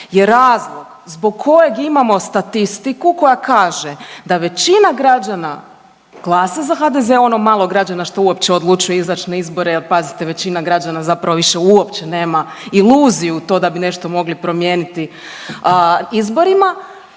je razlog zbog kojeg imamo statistiku koja kaže da većina građana, glasa za HDZ ono malo građana što uopće odluče izaći na izbore jer pazite većina građana zapravo više uopće nema iluziju u to da bi nešto mogli promijeniti izborima.